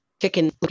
chicken